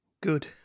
Good